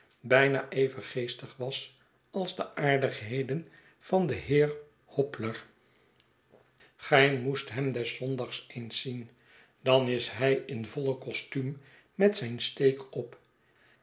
bijna even geestig was als de aardigheden van den heer hobler gij moest hem des zondags eens zien j dan is hij in voile costuum met zijn steek op